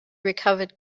recovered